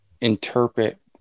interpret